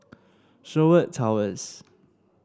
Sherwood Towers